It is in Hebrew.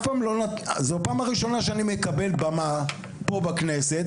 זו הפעם הראשונה שאני מקבל במה פה בכנסת